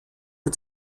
mit